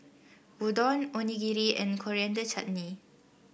Udon Onigiri and Coriander Chutney